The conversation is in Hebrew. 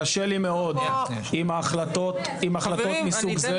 קשה לי מאוד עם החלטות מסוג זה.